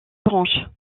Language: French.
branches